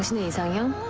nice ah yeah